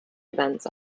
events